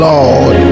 Lord